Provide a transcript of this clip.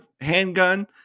handgun